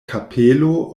kapelo